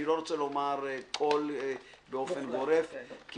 אני לא רוצה לומר כל באופן גורף,